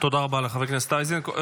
תודה רבה לחבר הכנסת איזנקוט.